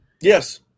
Yes